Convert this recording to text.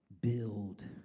Build